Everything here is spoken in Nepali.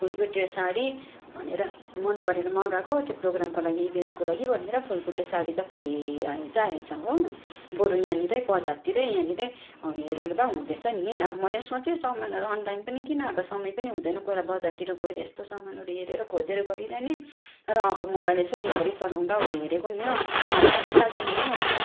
फुलबुट्टे साडी भनेर मन परेर मगाएको त्यो प्रोग्रामको लागि इभेन्टको लागि भनेर फुलबुट्टे साडी त के आएछ आएछ हो बरू यहाँनिरै बजारतिरै यहाँनिरै हेरेको भँ हुने थिएछ नि अब मैले पनि सोँचे सामानहरू अनलाइन पनि किन अब समय पनि हुँदैन कोही बेला बजारतिर गएर यस्तो सामानहरू हेरेर खोजेर गरिरहने र अब मोबाइल यसो दिनभरि चलाउँदा ओर्दा हेरेको नि हो मज्जै लागेन नि हौ